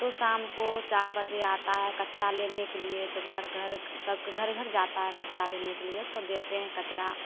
तो शाम को चार बजे आता है कचरा लेने के लिए तो घर घर सबके घर घर जाता है कचरा लेने के लिए तो देते हैं कचरा